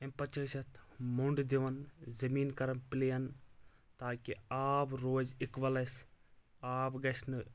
اَمہِ پَتہٕ چھِ أسۍ اَتھ موٚنٛڈ دِوان زمیٖن کَرن پلین تاکہِ آب روزِ اِکوَل اَسہِ آب گژھِ نہٕ